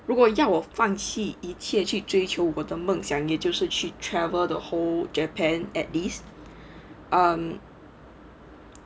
如果要我放弃一切去追求我的梦想也就是去 travel the whole japan at least um